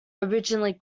originally